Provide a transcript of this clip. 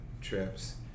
trips